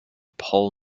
pall